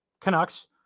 Canucks